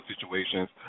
situations